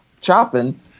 chopping